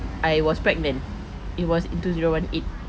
I was pregnant it was in two zero one eight